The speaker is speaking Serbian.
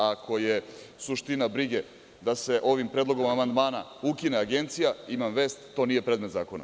Ako je suština brige da se ovim predlogom amandmana ukine agencija, imam vest, to nije predmet zakona.